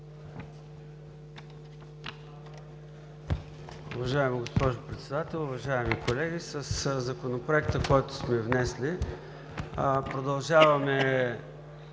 Уважаема госпожо Председател, уважаеми колеги! Със Законопроекта, който сме внесли, продължаваме